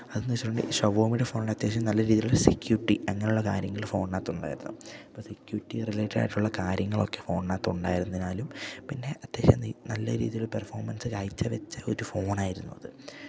അതിന്ന് വച്ചിട്ടുണ്ടെ ഷവോമിടെ ഫോൺ അത്യാവശ്യ നല്ല രീതിലുള്ള സെക്യൂരിറ്റി അങ്ങനെയുള്ള കാര്യങ്ങള് ഫോണിനകത്തുണ്ടായിരുന്നു അപ്പൊ സെക്യൂരിറ്റി റിലേറ്റഡ് ആയിട്ടുള്ള കാര്യങ്ങളൊക്കെ ഫോണിനകത്തുണ്ടരുന്നനാലും പിന്നെ അത്യാവശ്യം നല്ല രീതിയില് പെർഫോമൻസ് കാഴ്ച വെച്ച ഒരു ഫോണായിരുന്നു അത് അപ്പം